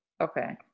Okay